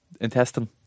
intestine